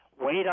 Wait